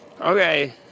Okay